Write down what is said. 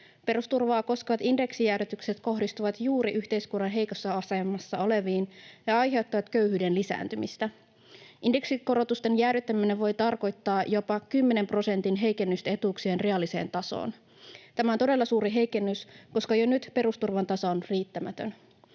Perusturvaa koskevat indeksijäädytykset kohdistuvat juuri yhteiskunnan heikossa asemassa oleviin ja aiheuttavat köyhyyden lisääntymistä. Indeksikorotusten jäädyttäminen voi tarkoittaa jopa kymmenen prosentin heikennystä etuuksien reaaliseen tasoon. Tämä on todella suuri heikennys, koska jo nyt perusturvan taso on riittämätön.